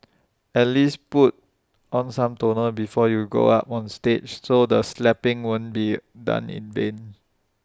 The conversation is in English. at least put on some toner before you go up on stage so the slapping wouldn't be done in vain